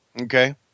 Okay